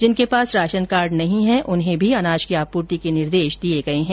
जिनके पास राशनकार्ड नहीं है उन्हें भी अनाज की आपूर्ति के निर्देश दिए गए है